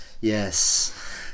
Yes